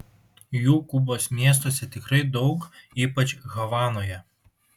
jų kubos miestuose tikrai daug ypač havanoje